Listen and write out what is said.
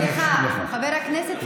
חבר הכנסת אבו שחאדה,